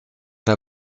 der